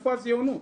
איפה הציונות?